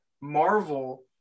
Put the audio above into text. Marvel